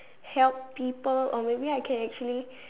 help people or maybe I can actually